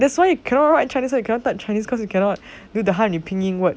that's why you cannot write chinese word you cannot type chinese cause you cannot do the 汉语拼音 word